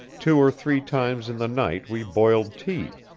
two or three times in the night we boiled tea.